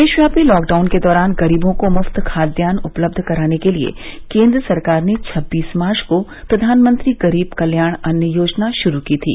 देशव्यापी लॉकडाउन के दौरान गरीबों को मुफ्त खाद्यान्न उपलब्ध कराने के लिये केन्द्र सरकार ने छब्बीस मार्च को प्रधानमंत्री गरीब कल्याण अन्न योजना शुरू की थी